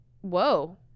Whoa